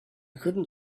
couldn’t